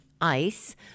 ICE